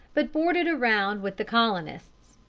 but boarded around with the colonists.